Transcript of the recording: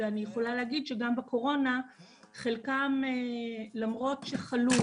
אני יכולה להגיד שגם בקורונה למרות שחלקם חלו